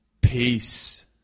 Peace